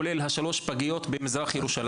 כולל שלוש פגיות במזרח ירושלים.